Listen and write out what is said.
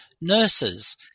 nurses